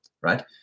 Right